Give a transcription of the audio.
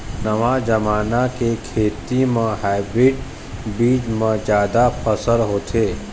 नवा जमाना के खेती म हाइब्रिड बीज म जादा फसल होथे